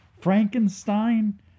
Frankenstein